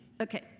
Okay